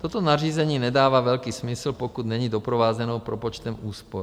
Toto nařízení nedává velký smysl, pokud není doprovázeno propočtem úspor.